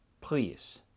please